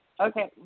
okay